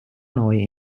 noi